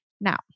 Now